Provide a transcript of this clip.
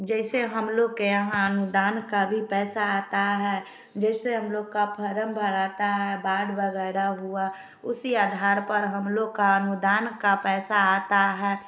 जैसे हम लोग के यहाँ अनुदान का भी पैसा आता है जिससे हम लोग का फ़रम भराता है वार्ड वगैरह हुआ उसी आधार पर हम लोग का अनुदान का पैसा आता है